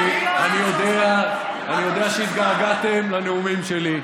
אני יודע שהתגעגעתם לנאומים שלי,